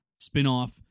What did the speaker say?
spinoff